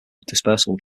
dispersal